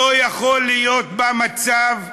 לא יכול להיות בה מצב,